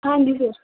ਹਾਂਜੀ ਸਰ